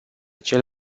cel